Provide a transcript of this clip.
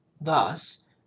Thus